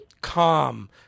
calm